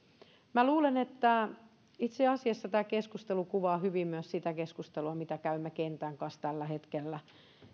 minä luulen että itse asiassa tämä keskustelu kuvaa hyvin myös sitä keskustelua mitä käymme kentän kanssa tällä hetkellä